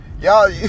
Y'all